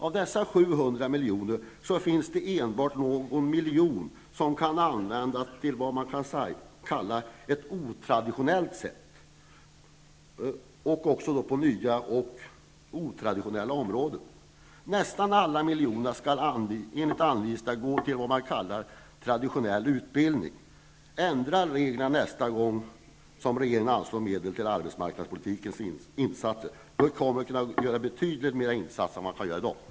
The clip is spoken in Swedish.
Av dessa 700 miljoner finns det enbart någon miljon som kan användas på vad man kan kalla otraditionellt sätt -- på nya och otraditionella områden. Nästan alla miljonerna skall enligt anvisningarna gå till vad man kan kalla traditionell utbildning. Ändra reglerna nästa gång regeringen anslår medel till arbetsmarknadspolitiska insatser! Då kommer man att kunna göra betydligt bättre insatser än vad man får göra i dag.